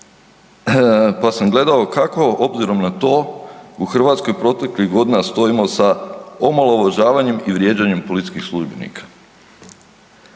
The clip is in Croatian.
pa sam gledao kako obzirom na to u Hrvatskoj proteklih godina stojimo sa omalovažavanjem i vrijeđanjem policijskih službenika.